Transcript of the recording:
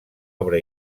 obra